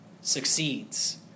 succeeds